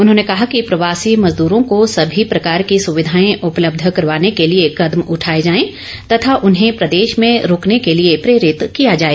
उन्होंने कहा कि प्रवासी मजदूरों को सभी प्रकार की सुविधाएं उपलब्ध करवाने के लिए कदम उठाए जायें तथा उन्हें प्रदेश में रूकने के लिए प्रेरित किया जाए